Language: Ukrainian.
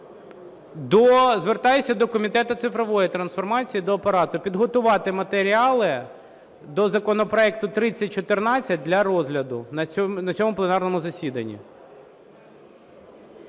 Звертаюся до Комітету цифрової трансформації, до Апарату: підготувати матеріали до законопроекту 3014 для розгляду на цьому пленарному засіданні.